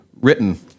written